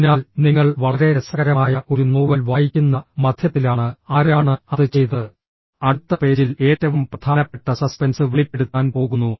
അതിനാൽ നിങ്ങൾ വളരെ രസകരമായ ഒരു നോവൽ വായിക്കുന്ന മധ്യത്തിലാണ് ആരാണ് അത് ചെയ്തത് അടുത്ത പേജിൽ ഏറ്റവും പ്രധാനപ്പെട്ട സസ്പെൻസ് വെളിപ്പെടുത്താൻ പോകുന്നു